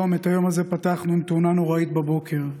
את היום הזה פתחנו עם תאונה נוראית בבוקר: